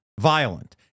violent